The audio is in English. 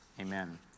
Amen